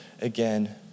again